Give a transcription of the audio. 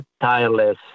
tireless